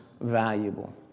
valuable